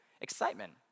excitement